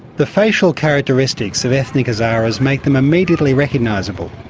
the facial characteristics of ethnic hazaras make them immediately recognisable,